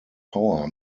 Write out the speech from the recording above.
power